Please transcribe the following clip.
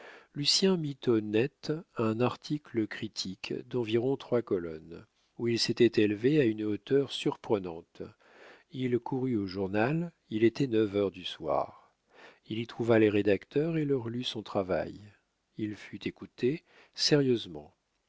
lucien mit au net un article critique d'environ trois colonnes où il s'était élevé à une hauteur surprenante il courut au journal il était neuf heures du soir il y trouva les rédacteurs et leur lut son travail il fut écouté sérieusement